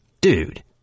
Dude